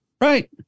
right